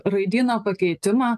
raidyno pakeitimą